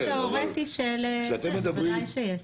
באופן תאורטי, בוודאי שיש.